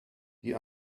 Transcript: die